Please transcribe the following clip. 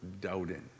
doubting